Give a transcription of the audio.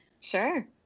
sure